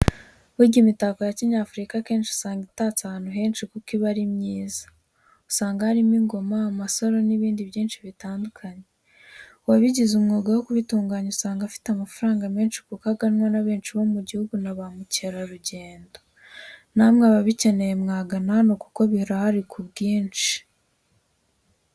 Burya imitako ya kinyafurika akenshi usanga itatse ahantu henshi kuko iba ari myiza. usanga harimo ingoma amasaro n'ibindi byinshi bitandukanye, uwabigize umwuga wo kubitunganya usanga afite amafaranga menshi kuko aganwa na benshi bo mu gihugu na bamukerarugendo. Namwe ababikeneye mwagana hano kuko birahari ku bwinshi.